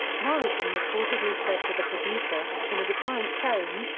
morrison reportedly said to the producer, in a defiant tone,